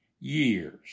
years